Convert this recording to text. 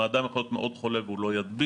כלומר אדם יכול להיות מאוד חולה והוא לא ידביק,